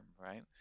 right